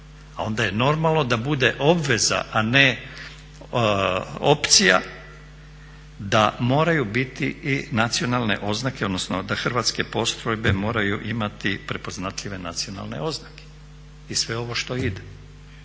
onda je normalno da bude obveza a ne opcija da moraju biti i nacionalne oznake odnosno da hrvatske postrojbe moraju imati prepoznatljive nacionalne oznake i sve ovo to ide